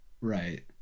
right